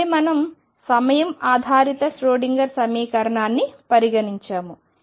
ఆపై మనం సమయం ఆధారిత ష్రోడింగర్ సమీకరణాన్ని పరిగణించాము